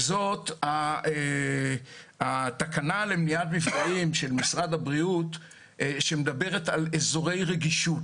שזאת התקנה למניעת מפגעים של משרד הבריאות שמדברת על אזורי רגישות.